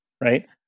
Right